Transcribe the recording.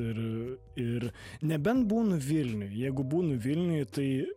ir ir nebent būnu vilniuj jeigu būnu vilniuj tai